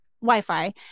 wi-fi